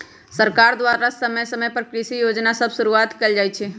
सरकार द्वारा समय समय पर कृषि जोजना सभ शुरुआत कएल जाइ छइ